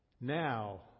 Now